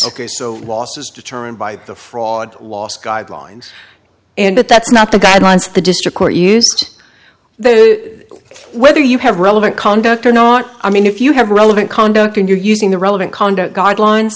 ok so loss is determined by the fraud loss guidelines and that that's not the guidelines the district court used though whether you have relevant conduct or not i mean if you have relevant conduct and you're using the relevant conduct guidelines